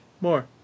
more